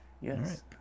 Yes